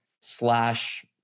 slash